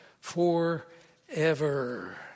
forever